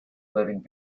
living